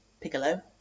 piccolo